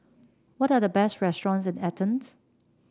what are the best restaurants in Athens